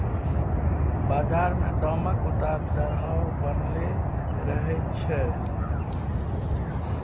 बजार मे दामक उतार चढ़ाव बनलै रहय छै